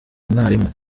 umwarimu